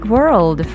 World